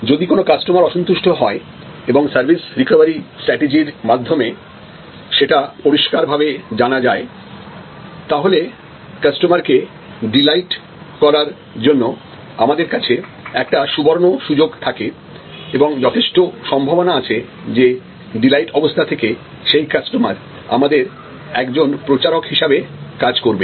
যদি কোন কাস্টমার অসন্তুষ্ট হয় এবং সার্ভিস রিকভারি স্ট্রাটেজির মাধ্যমে সেটা পরিস্কার ভাবে জানা যায় তাহলে কাস্টমার কে ডিলাইট করার জন্য আমাদের কাছে একটা সুবর্ণ সুযোগ থাকে এবং যথেষ্ট সম্ভাবনা আছে যে ডিলাইট অবস্থা থেকে সেই কাস্টমার আমাদের একজন প্রচারক হিসেবে কাজ করবে